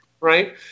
right